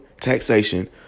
taxation